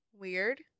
Weird